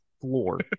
floor